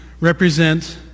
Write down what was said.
represent